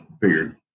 figured